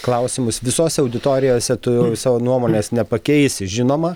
klausimus visose auditorijose tu savo nuomonės nepakeisi žinoma